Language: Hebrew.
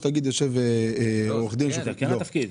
זה כן התפקיד.